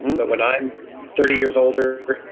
but when i'm thirty years older,